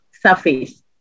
surface